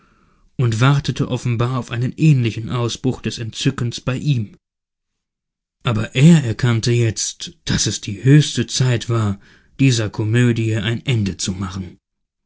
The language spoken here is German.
und wartete offenbar auf einen ähnlichen ausbruch des entzückens bei ihm aber er erkannte jetzt daß es die höchste zeit war dieser komödie ein ende zu machen